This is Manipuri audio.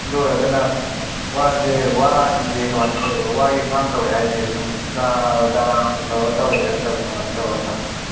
ꯑꯗꯨ ꯑꯣꯏꯔꯒꯅ ꯋꯥꯁꯦ ꯋꯥꯒꯤꯁꯦ ꯀꯔꯃꯥꯏꯅ ꯇꯧꯕꯅꯣ ꯋꯥꯒꯤ ꯐꯥꯔꯝ ꯇꯧꯋꯦ ꯍꯥꯏꯔꯤꯁꯦ ꯁꯨꯝ ꯆꯥꯔꯅ ꯇꯧꯔꯒ ꯇꯧꯔꯤꯕ꯭ꯔ ꯅꯠꯇ꯭ꯔꯒ ꯀꯔꯃꯥꯏꯅ ꯇꯧꯔꯒ ꯊꯥꯕꯤꯕꯅꯣ